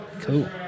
Cool